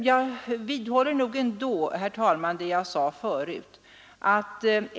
Jag vidhåller, herr talman, vad jag förut sade.